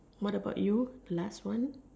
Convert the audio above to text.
what about you the last one